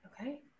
Okay